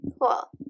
Cool